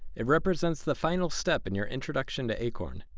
it represents the final step in your introduction to acorn,